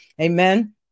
Amen